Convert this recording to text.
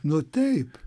nu taip